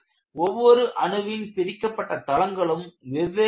ஒவ்வொரு அணுவின் பிரிக்கப்பட்ட தளங்களும் வெவ்வேறானவை